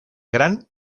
gran